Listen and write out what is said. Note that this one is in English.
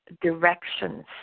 directions